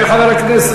זה אחוות הצפונים.